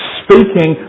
speaking